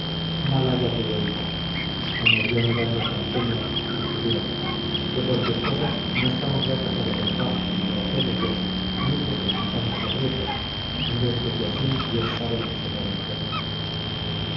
haya tu venta añadió mirando con ceño a su futura que por tus cosas no estamos ya casados en paz y en gracia de dios y libres de semejantes aprietos en vez de que así dios sabe lo que será de nosotros